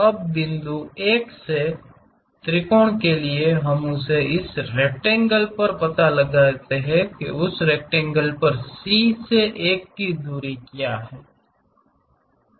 अब बिंदु 1 से त्रिकोण के लिए हमें इसे उस रेक्टेंगल पर पता लगाना होगा कि उस रेक्टेंगल पर C से 1 की दूरी क्या है